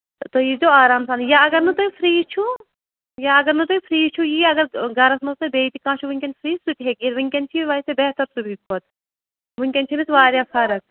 تُہۍ یٖیزیو آرام سانٕے یا اگر نہٕ تُہۍ فِرٛی چھُو یا اگر نہٕ تُہۍ فِری چھُو یی اگر گَرَس منٛز تۄہہِ بیٚیہِ تہِ کانٛہہ چھُ وٕنۍکٮ۪ن فِرٛی سُہ تہِ ہیٚکہِ یِتھ وٕنۍکٮ۪ن چھِ یہِ ویسے بہتَر صُبحٕکۍ کھۄتہٕ وٕنۍکٮ۪ن چھِ أمِس واریاہ فَرق